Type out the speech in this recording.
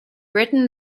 written